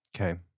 Okay